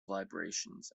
vibrations